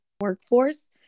workforce